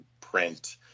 print